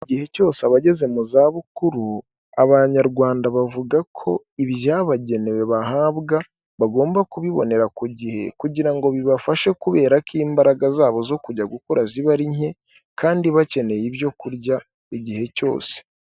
Igihe cyose abageze mu za bukuru abanyarwanda bavuga ko ibyabagenewe bahabwa, bagomba kubibonera ku gihe, kugira ngo bibafashe kubera ko imbaraga zabo zo kujya gukora ziba ari nke kandi bakeneye ibyo kurya igihe cyose.